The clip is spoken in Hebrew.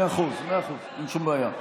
מאה אחוז, אין שום בעיה.